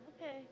Okay